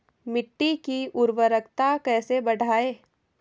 मिट्टी की उर्वरकता कैसे बढ़ायें?